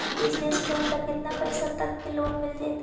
Business loan ल केतना पैसा तक के लोन मिल जितै?